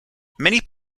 many